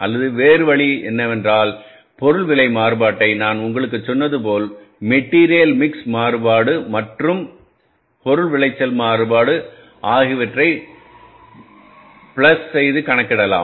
அல்லது வேறு வழி என்னவென்றால் இந்த பொருள் விலை மாறுபாட்டை நான் உங்களுக்குச் சொன்னது போல் மெட்டீரியல் மிக்ஸ் மாறுபாடு மற்றும் பொருள் விளைச்சல் மாறுபாடு ஆகியவற்றை பிளஸ் கணக்கிடலாம்